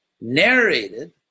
narrated